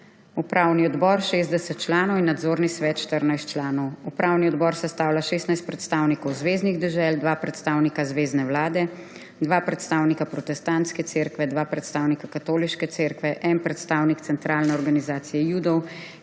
upravni odbor, ki ima 60 članov, in nadzorni svet, ki ima 14 članov. Upravni odbor sestavlja 16 predstavnikov zveznih dežel, dva predstavnika zvezne vlade, dva predstavnika protestantske cerkve, dva predstavnika katoliške cerkve, en predstavnik centralne organizacije judov, 21 predstavnikov